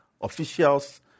officials